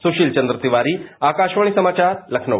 सुशील चन्द्र तिवारी आकाशवाणी समाचार लखनऊ